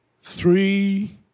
Three